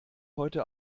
heute